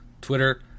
Twitter